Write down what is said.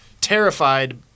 terrified